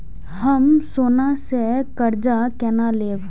हम सोना से कर्जा केना लैब?